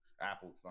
Apple